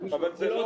זה לא